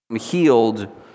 healed